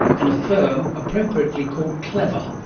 and a firm appropriately called clever,